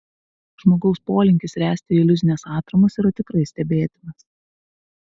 žmogaus polinkis ręsti iliuzines atramas yra tikrai stebėtinas